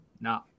no